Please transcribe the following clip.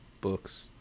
books